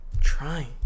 trying